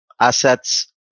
Assets